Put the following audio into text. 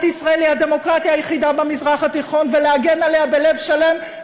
ישראל היא הדמוקרטיה היחידה במזרח התיכון ולהגן עליה בלב שלם.